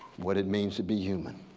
what it means to be human,